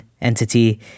entity